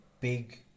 big